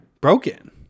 broken